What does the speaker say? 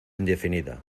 indefinida